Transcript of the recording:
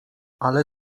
ale